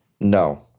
No